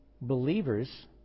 believers